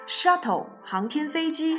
Shuttle,航天飞机